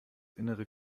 innere